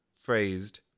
phrased